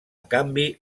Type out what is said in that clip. canvi